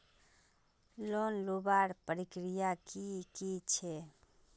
Loan लुबार प्रक्रिया की की छे?